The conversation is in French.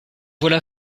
voilà